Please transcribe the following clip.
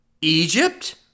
Egypt